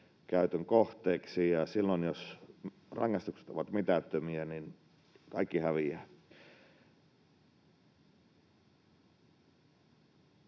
hyväksikäytön kohteeksi. Silloin, jos rangaistukset ovat mitättömiä, kaikki häviävät.